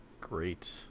great